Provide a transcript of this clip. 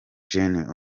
jenner